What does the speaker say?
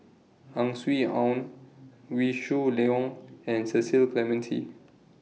Ang Swee Aun Wee Shoo Leong and Cecil Clementi